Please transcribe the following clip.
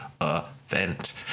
event